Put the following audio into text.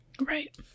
Right